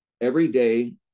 everyday